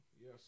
Yes